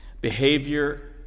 behavior